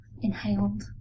inhaled